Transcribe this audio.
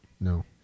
No